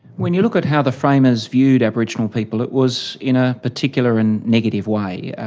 when you look at how the framers viewed aboriginal people, it was in a particular and negative way. yeah